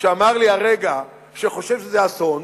שאמר לי הרגע שהוא חושב שזה אסון,